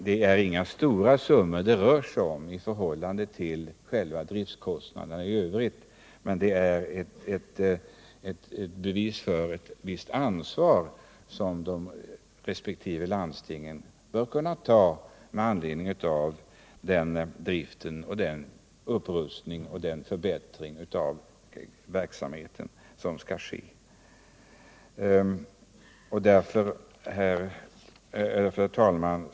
Det är inga stora summor det rör sig om i förhållande till driftkostnaderna, men ett deltagande från landstingens sida skulle vara ett bevis för att de är beredda att ta ett visst ansvar för den förbättring av verksamheten som nu skall ske. Herr talman!